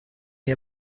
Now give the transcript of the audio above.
nei